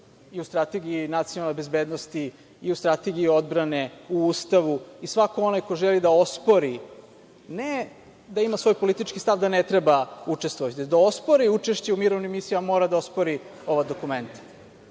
i u Strategiji nacionalne bezbednosti i u Strategiji odbrane, u Ustavu. Svako onaj ko želi da ospori, ne da ima svoj politički stav da ne treba učestvovati, da ospori učešće u mirovnim misijama mora da ospori ova dokumenta. Ono